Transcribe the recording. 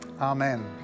Amen